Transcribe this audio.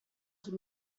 sul